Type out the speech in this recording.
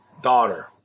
daughter